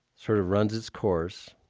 sort of runs its course,